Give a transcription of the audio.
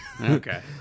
Okay